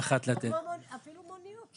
אפילו מוניות.